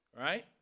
Right